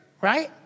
right